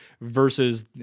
versus